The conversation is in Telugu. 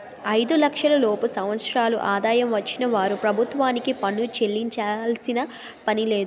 ఐదు లక్షల లోపు సంవత్సరాల ఆదాయం వచ్చిన వారు ప్రభుత్వానికి పన్ను చెల్లించాల్సిన పనిలేదు